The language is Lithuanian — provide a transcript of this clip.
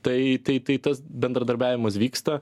tai tai tai tas bendradarbiavimas vyksta